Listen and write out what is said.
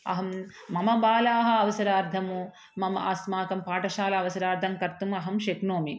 अहं मम बालाः अवसरार्थं मम अस्माकं पाठशाला अवसरार्थं कर्तुम् अहं शक्नोमि